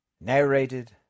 Narrated